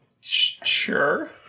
Sure